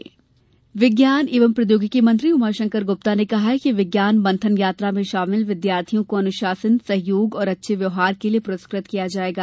विज्ञान यात्रा विज्ञान एवं प्रोद्योगिकी मंत्री उमाशंकर गुप्ता ने कहा है कि विज्ञान मंथन यात्रा में शामिल विद्यार्थियों को अनुशासन सहयोग और अच्छे व्यवहार के लिए प्रस्कृत किया जायेगा